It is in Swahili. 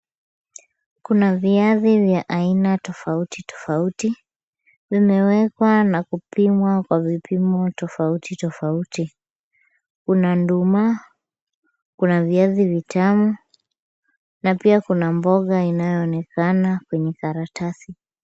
Kuna viazi vya aina tofauti tofauti. Vimewekwa na kupimwa kwa vipimo tofauti tofauti. Kuna nduma, kuna viazi vitamu na pia kuna mboga inayoonekana kwenye karatasi.